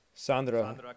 Sandra